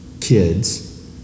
kids